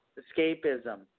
escapism